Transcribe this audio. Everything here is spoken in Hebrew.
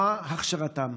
מה הכשרתם?